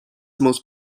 most